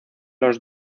los